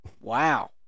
Wow